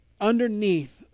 underneath